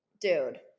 Dude